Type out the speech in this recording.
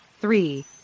three